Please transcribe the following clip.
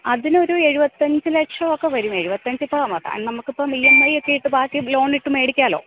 അതിനൊരു എഴുപത്തിയഞ്ച് ലക്ഷമൊക്കെ വരും എഴുപത്തിയഞ്ച് നമുക്കിപ്പോള് ഇ എം ഐ ഒക്കെ ഇട്ട് ബാക്കി ലോണിട്ട് മേടിക്കാമല്ലോ